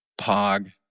pog